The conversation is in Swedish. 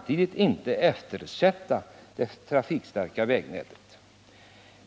att för den skull eftersätta det trafikstarka.